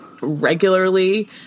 regularly